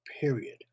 period